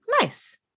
nice